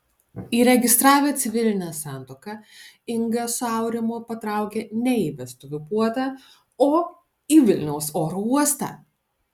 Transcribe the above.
įregistravę civilinę santuoką inga su aurimu patraukė ne į vestuvių puotą o į vilniaus oro uostą